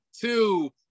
two